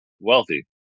wealthy